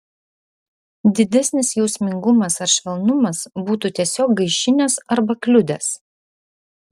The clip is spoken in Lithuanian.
didesnis jausmingumas ar švelnumas būtų tiesiog gaišinęs arba kliudęs